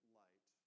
light